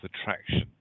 attraction